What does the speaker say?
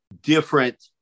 different